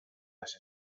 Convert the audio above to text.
las